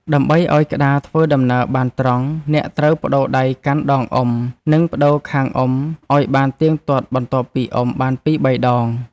ដើម្បីឱ្យក្តារធ្វើដំណើរបានត្រង់ អ្នកត្រូវប្ដូរដៃកាន់ដងអុំ និងប្ដូរខាងអុំឱ្យបានទៀងទាត់បន្ទាប់ពីអុំបានពីរបីដង។